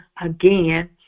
again